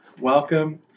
welcome